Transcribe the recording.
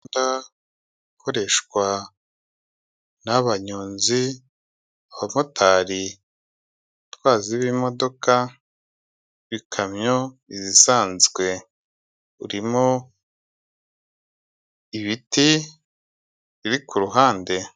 Umuhanda ukoreshwa n'abanyonzi, abamotari abatwazi b'imodoka, ikamyo izisanzwe, urimo ibiti biri ku ruhande.